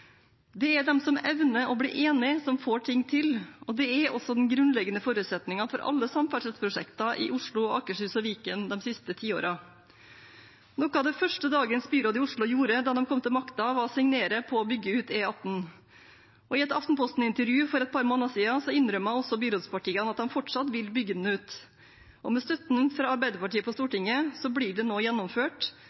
Det er de som evner å bli enige, som får ting til, og det er også den grunnleggende forutsetningen for alle samferdselsprosjekter i Oslo, Akershus og Viken de siste tiårene. Noe av det første dagens byråd i Oslo gjorde da de kom til makta, var å signere på å bygge ut E18, og i et Aftenposten-intervju for et par måneder siden innrømmet også byrådspartiene at de fortsatt vil bygge den ut. Med støtten fra Arbeiderpartiet på Stortinget blir det nå gjennomført,